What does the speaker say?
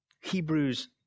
hebrews